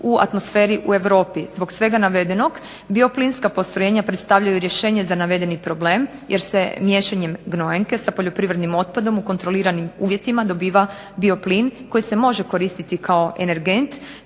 u atmosferi u Europi. Zbog svega navedenog bioplinska postrojenja predstavljaju rješenje za navedeni problem, jer se miješanjem gnojenke za poljoprivrednim otpadom u kontroliranim uvjetima dobiva bioplin koji se može koristiti kao energent,